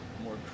more